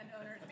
owner's